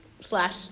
slash